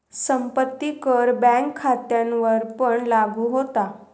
संपत्ती कर बँक खात्यांवरपण लागू होता